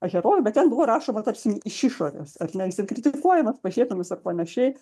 herojų bet ten buvo rašoma tarsi iš išorės ar ne jis ir kritikuojamas pašiepiamas ar panašiai